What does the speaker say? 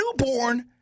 newborn